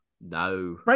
no